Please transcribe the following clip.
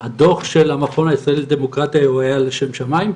הדוח של המכון הישראלי לדמוקרטיה היה לשם שמים?